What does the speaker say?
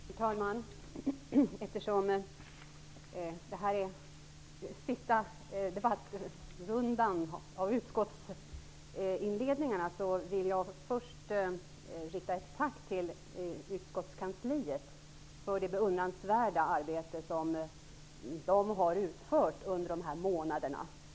Herr talman! Eftersom detta är den sista debattrundan med inledningsanföranden från utskottsföreträdarna vill jag först rikta ett tack till utskottskansliets personal för det beundransvärda arbete som de har utfört under dessa månader.